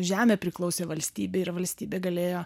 žemė priklausė valstybei ir valstybė galėjo